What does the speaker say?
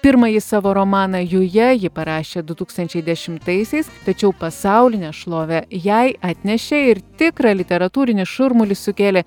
pirmąjį savo romaną juja ji parašė du tūkstančiai dešimtaisiais tačiau pasaulinę šlovę jai atnešė ir tikrą literatūrinį šurmulį sukėlė